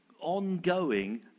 ongoing